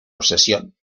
obsesión